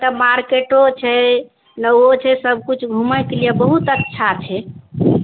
ओतऽ मार्केटो छै नाओ छै सब किछु घुमैके लिए बहुत अच्छा छै